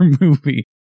movie